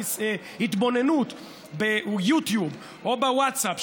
ההתבוננות ביוטיוב או בוווטסאפ,